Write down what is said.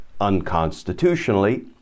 unconstitutionally